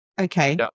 okay